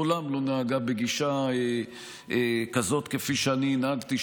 מעולם לא נהגה בגישה כזאת כפי שאני נהגתי,